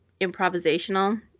improvisational